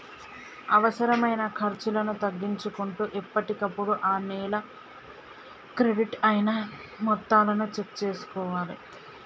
అనవసరమైన ఖర్చులను తగ్గించుకుంటూ ఎప్పటికప్పుడు ఆ నెల క్రెడిట్ అయిన మొత్తాలను చెక్ చేసుకోవాలే